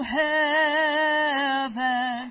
heaven